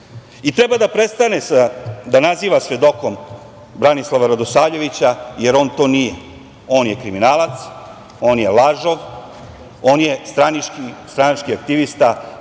sudija. Treba da prestane da naziva svedokom Branislava Radosavljevića, jer on to nije. On je kriminalac, on je lažov, on je stranački aktivista